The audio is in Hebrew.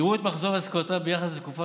יראו את מחזור עסקאותיו ביחס לתקופה